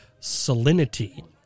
salinity